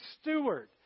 steward